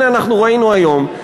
הנה, אנחנו ראינו היום.